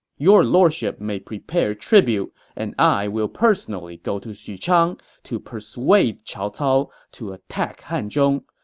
your lordship may prepare tribute and i will personally go to xuchang to persuade cao cao to attack hanzhong.